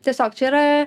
tiesiog čia yra